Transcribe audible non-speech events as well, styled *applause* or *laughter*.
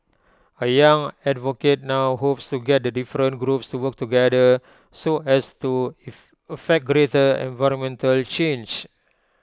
A young advocate now hopes to get the different groups to work together so as to *noise* effect greater environmental change